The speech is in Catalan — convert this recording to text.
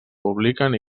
publiquen